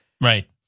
Right